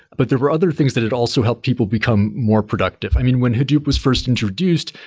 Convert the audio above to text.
but there were other things that it also helped people become more productive. i mean, when hadoop was first introduced,